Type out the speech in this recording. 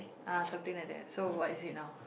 ah something like that so what is it now